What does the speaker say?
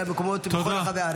אלא במקומות בכל רחבי הארץ.